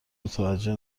متوجه